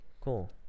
cool